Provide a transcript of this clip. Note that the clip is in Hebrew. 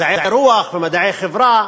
מדעי הרוח ומדעי החברה,